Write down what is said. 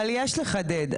אבל יש לחדד.